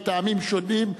מטעמים שונים,